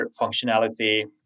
functionality